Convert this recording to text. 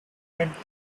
meant